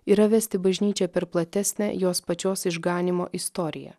yra vesti bažnyčią per platesnę jos pačios išganymo istoriją